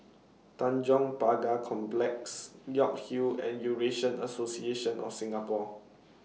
Tanjong Pagar Complex York Hill and Eurasian Association of Singapore